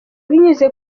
binyuze